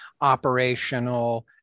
operational